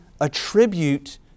attribute